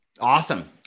Awesome